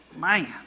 man